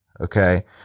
okay